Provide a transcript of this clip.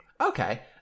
Okay